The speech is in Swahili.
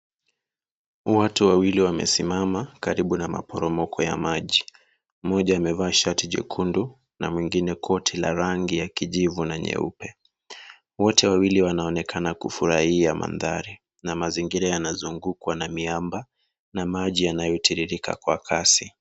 Watu wawili wamesimama karibu na maporomoko ya maji mmoja amevaa shati jekundu na mwingine koti la rangi ya kijivu na nyeupe wote wawili wanaonekana kufurahia mandhari na mazingira yanazungukwa na miamba na maji yanayotiririka kwa kasi.